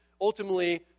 ultimately